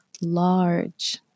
large